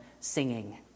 singing